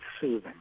soothing